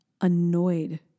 annoyed